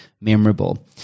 memorable